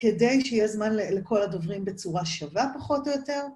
כדי שיהיה זמן לכל הדוברים בצורה שווה פחות או יותר.